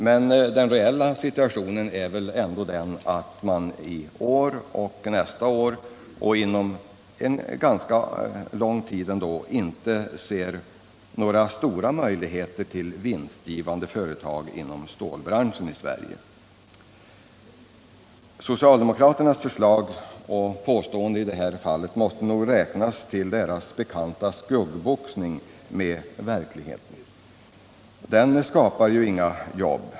Men den reella situationen är väl ändå den att man i år och nästa år — och kanske under ännu längre tid — inte ser några stora möjligheter till vinstgivande företag i stålbranschen i Sverige. Socialdemokraternas förslag och påståenden i det här fallet måste nog räknas till deras bekanta skuggboxning med verkligheten — den skapar ju inga jobb.